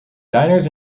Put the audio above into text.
diners